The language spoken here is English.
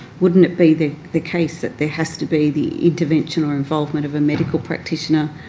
wouldn't it be the the case that there has to be the intervention or involvement of a medical practitioner,